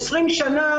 20 שנים